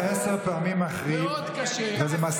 נזק